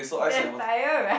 vampire right